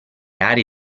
aree